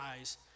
eyes